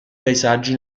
paesaggi